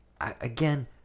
Again